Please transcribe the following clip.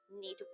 need